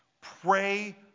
Pray